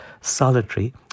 solitary